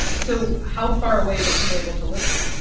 so how far away were people able to listen?